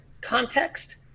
Context